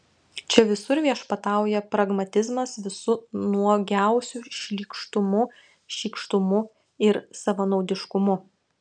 čia visur viešpatauja pragmatizmas visu nuogiausiu šlykštumu šykštumu ir savanaudiškumu